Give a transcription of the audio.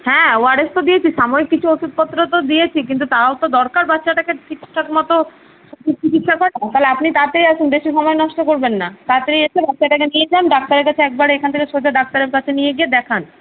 হ্যাঁ ওআরএস তো দিয়েছি সাময়িক কিছু ওষুধপত্র তো দিয়েছি কিন্তু তাওতো দরকার বাচ্চাটাকে ঠিকঠাক মতো চিকিৎসা তাহলে আপনি তাড়াতাড়ি আসুন বেশি সময় নষ্ট করবেন না তাড়াতাড়ি এসে বাচ্চাটাকে নিয়ে যান ডাক্তারের কাছে একবারে এখন থেকে সোজা ডাক্তারের কাছে নিয়ে গিয়ে দেখান